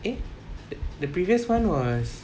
eh the previous one was